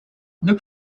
look